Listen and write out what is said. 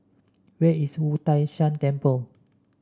where is Wu Tai Shan Temple